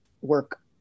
work